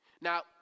Now